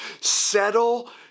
settle